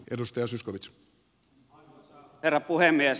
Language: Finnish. arvoisa herra puhemies